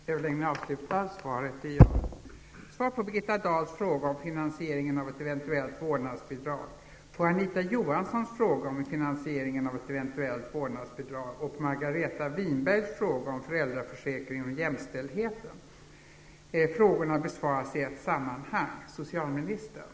Enligt uppgift i massmedia innebär ett av de förslag till vårdnadsbidrag, som regeringen nu diskuterar, att vårdnadsbidraget skall finansieras genom drastiska försämringar av föräldraförsäkringen. Tidigare har uppgifter förekommit att resurser skall tas från barnomsorgen för att finansiera ett eventuellt vårdnadsbidrag. Dessa återkommande uppgifter skapar oro bland människor. Hur ser de olika alternativ till finansiering av ett eventuellt vårdnadsbidrag ut som regeringen nu diskuterar?